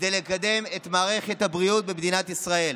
כדי לקדם את מערכת הבריאות במדינת ישראל.